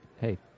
hey